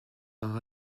par